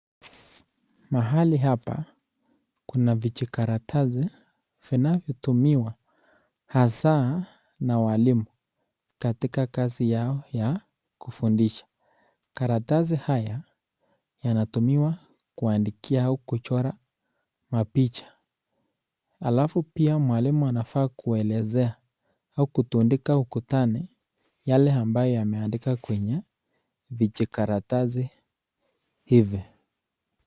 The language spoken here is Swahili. Mahali hapa kuna vijikaratasi vinavyotumiwa hasaa na walimu katika kazi yao ya kufundisha. Karatasi haya yatumiwa kuandikia au kuchora mapicha alafu pia mwalimu anafaa kuwaelezea au kutandika ukutani yale ambayo yameandika kwenye vijikaratasi hivi.